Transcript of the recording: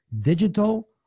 Digital